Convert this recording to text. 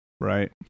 right